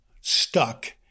stuck